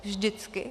Vždycky.